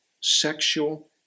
sexual